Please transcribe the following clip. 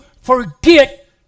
forget